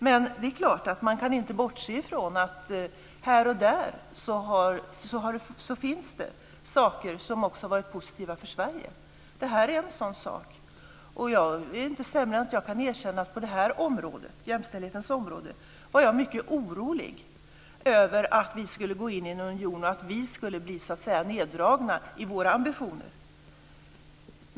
Men det är klart att man inte kan bortse ifrån att det här och där finns saker som också har varit positiva för Sverige. Det här är en sådan sak. Jag är inte sämre än att jag kan erkänna att jag var mycket orolig när vi skulle gå in i unionen över att våra ambitioner på jämställdhetsområdet skulle dras ned.